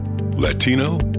Latino